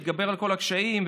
אתגבר על כל הקשיים,